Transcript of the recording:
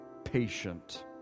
Patient